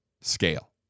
scale